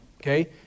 Okay